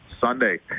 Sunday